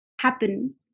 happen